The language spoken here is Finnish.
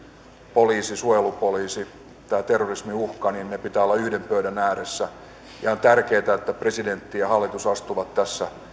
poliisi suojelupoliisi tämän terrorismin uhkan takia niiden pitää olla yhden pöydän ääressä on on tärkeätä että presidentti ja hallitus astuvat tässä